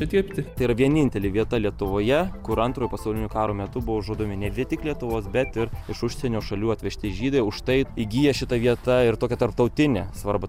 tai yra vienintelė vieta lietuvoje kur antrojo pasaulinio karo metu buvo žudomi ne vien tik lietuvos bet ir iš užsienio šalių atvežti žydai užtai įgija šita vieta ir tokią tarptautinę svarbą